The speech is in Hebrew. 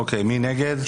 מי נגד?